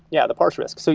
yeah, the parse risks. so